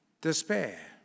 despair